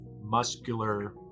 muscular